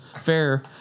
fair